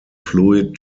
fluid